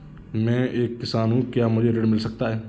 मैं एक किसान हूँ क्या मुझे ऋण मिल सकता है?